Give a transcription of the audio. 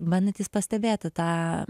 bandantys pastebėti tą